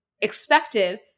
expected